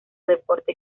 deporte